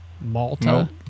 Malta